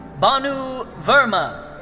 bhanu verma.